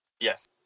Yes